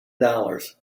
dollars